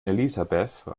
elisabeth